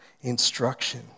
instruction